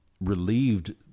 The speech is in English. relieved